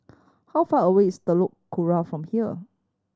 how far away is Telok Kurau from here